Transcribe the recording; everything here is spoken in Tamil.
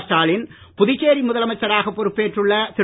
ஸ்டாலின் புதுச்சேரி முதலமைச்சராக பொறுப்பேற்றுள்ள திரு